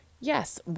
yes